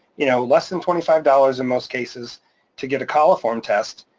you know less than twenty five dollars in most cases to get a coliform test,